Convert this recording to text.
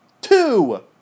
two